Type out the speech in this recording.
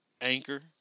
Anchor